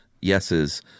yeses